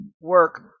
work